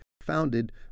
founded